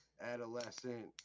adolescent